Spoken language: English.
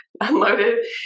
unloaded